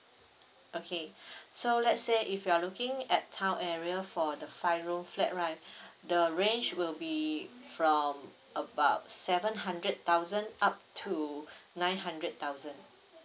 okay so let's say if you're looking at town area for the five room flat right the range will be from about seven hundred thousand up to nine hundred thousand